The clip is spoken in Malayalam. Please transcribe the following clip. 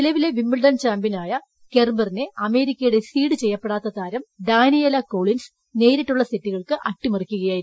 നിലവിലെ വിമ്പിൾടൺ ചാമ്പ്യനായ കെർബറിനെ അമേരിക്ക യുടെ സീഡ് ചെയ്യപ്പെടാത്ത താരം ഡാനിയേല കോളിൻസ് നേരിട്ടുള്ള സെറ്റുകൾക്ക് അട്ടിമറിക്കുകയായിരുന്നു